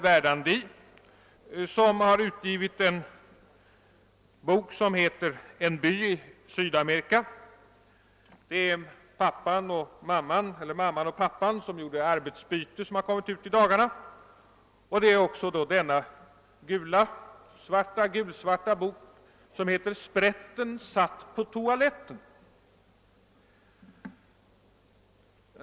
Verdandi har bl.a. utgivit »En by i Sydamerika», »Mamman och pappan som gjorde arbetsbyte» och »Sprätten satt på toaletten».